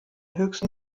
höchsten